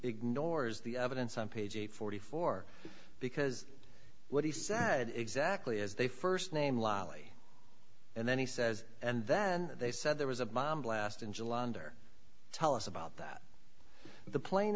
ignores the evidence on page eight forty four because what he said exactly as they first name lollie and then he says and then they said there was a bomb blast in july under tell us about that the pla